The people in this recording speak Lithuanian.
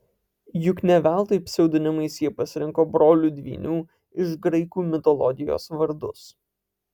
juk ne veltui pseudonimais jie pasirinko brolių dvynių iš graikų mitologijos vardus